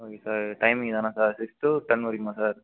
okay sir time இதானால் sir six to ten வரைக்குமா sir